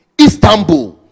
Istanbul